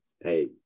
hey